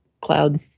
Cloud